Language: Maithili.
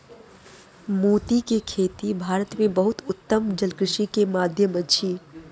मोती के खेती भारत में बहुत उत्तम जलकृषि के माध्यम अछि